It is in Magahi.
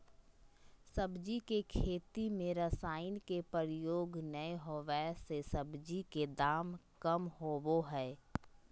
सब्जी के खेती में रसायन के प्रयोग नै होबै से सब्जी के दाम कम होबो हइ